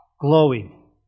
glowing